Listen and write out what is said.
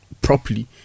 properly